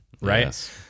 right